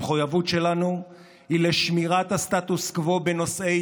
המחויבות שלנו היא לשמירת הסטטוס קוו בנושאי